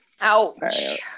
ouch